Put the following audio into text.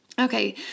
Okay